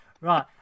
Right